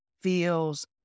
feels